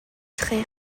très